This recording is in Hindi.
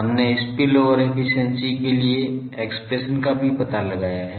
हमने स्पिलओवर एफिशिएंसी के लिए एक्सप्रेशन का भी पता लगाया है